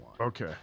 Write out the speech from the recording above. Okay